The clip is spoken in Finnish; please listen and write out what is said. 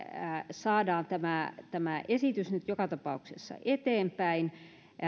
saadaan tämä tämä esitys nyt joka tapauksessa eteenpäin